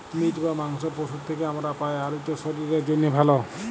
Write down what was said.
meet বা মাংস পশুর থ্যাকে আমরা পাই, আর ইট শরীরের জ্যনহে ভাল